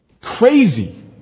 crazy